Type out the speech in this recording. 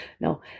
No